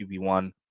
QB1